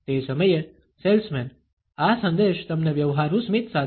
તે સમયે સેલ્સમેન આ સંદેશ તમને વ્યવહારુ સ્મિત સાથે આપશે